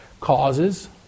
causes